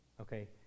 Okay